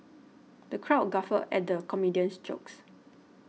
the crowd guffawed at the comedian's jokes